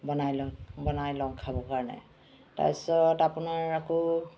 বনাই লওঁ বনাই লওঁ খাব কাৰণে তাৰপিছত আপোনাৰ আকৌ